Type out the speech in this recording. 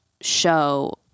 show